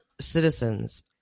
citizens